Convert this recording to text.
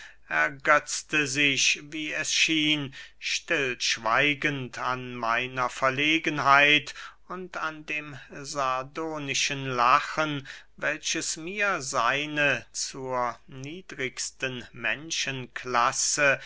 ergetzte sich wie es schien stillschweigend an meiner verlegenheit und an dem sardonischen lachen welches mir seine zur niedrigsten